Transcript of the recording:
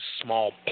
small